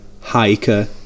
hiker